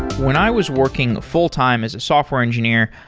when i was working fulltime as a software engineer,